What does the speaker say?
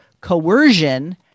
coercion